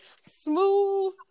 smooth